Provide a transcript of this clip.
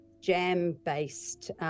jam-based